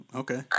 okay